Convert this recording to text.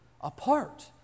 apart